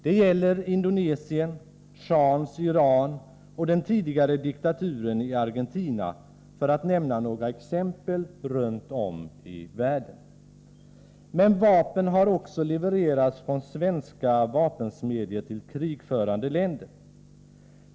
Det gäller Indonesien, shahens Iran och den tidigare diktaturen i Argentina, för att nämna några exempel runt om i världen: Vapen har också levererats från svenska vapensmedjor till krigförande länder.